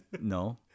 No